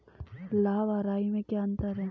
लाह व राई में क्या अंतर है?